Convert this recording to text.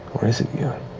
or is it you?